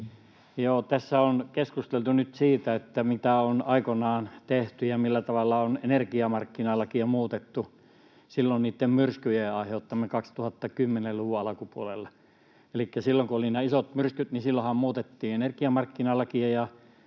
tässä on keskusteltu nyt siitä, mitä on aikoinaan tehty ja millä tavalla on energiamarkkinalakia muutettu silloin niitten myrskyjen aiheuttamana 2010-luvun alkupuolella. Elikkä silloinhan, kun oli nämä isot myrskyt, muutettiin energiamarkkinalakia,